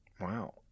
Wow